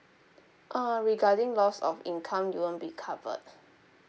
uh regarding loss of income you won't be covered